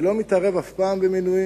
אני לא מתערב אף פעם במינויים,